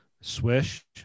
Swish